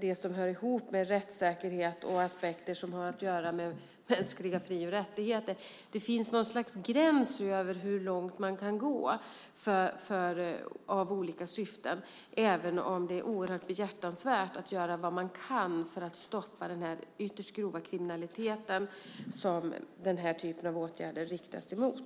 det som hör ihop med rättssäkerhet och aspekter som har att göra med mänskliga fri och rättigheter. Det finns något slags gräns för hur långt man kan gå i olika syften även om det är oerhört behjärtansvärt att göra vad man kan för att stoppa den ytterst grova kriminalitet som den här typen av åtgärder riktas mot.